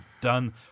done